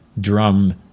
drum